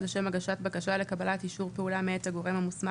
לשם הגשת בקשה לקבלת אישור פעולה מאת הגורם המוסמך